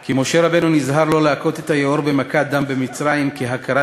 כי משה רבנו נזהר שלא להכות את היאור במכת דם במצרים כהכרת